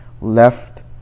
left